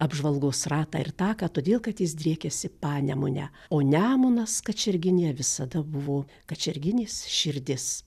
apžvalgos ratą ir taką todėl kad jis driekiasi panemune o nemunas kačerginėje visada buvo kačerginės širdis